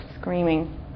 screaming